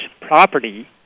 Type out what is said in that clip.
properly